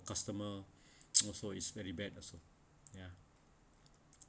customer also it's very bad also ya